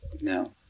No